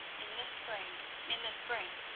in the spring in the spring,